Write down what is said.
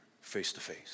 face-to-face